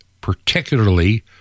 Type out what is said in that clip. particularly